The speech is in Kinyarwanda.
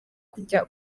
kujya